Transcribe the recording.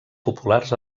populars